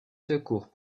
secours